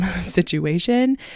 situation